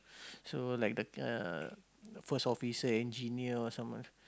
so like the uh first officer engineer or someone